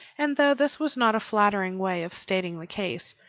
and though this was not a flattering way of stating the case,